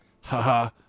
Haha